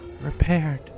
repaired